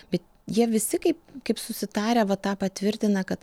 bet jie visi kaip kaip susitarę va tą patvirtina kad